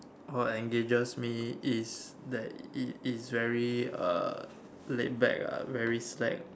or engages me is that it's very laid back ah very slack